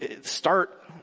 start